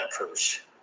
approach